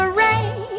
rain